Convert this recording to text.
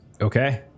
Okay